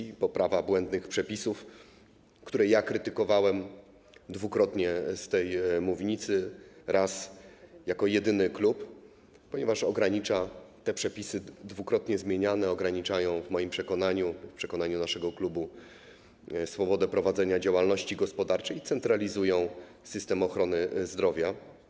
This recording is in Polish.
Chodzi o poprawę błędnych przepisów, które ja krytykowałem dwukrotnie z tej mównicy - raz jako przedstawiciel jedynego klubu - ponieważ te przepisy, dwukrotnie zmieniane, ograniczają, w moim przekonaniu, w przekonaniu naszego klubu, swobodę prowadzenia działalności gospodarczej i centralizują system ochrony zdrowia.